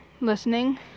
listening